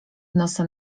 nosa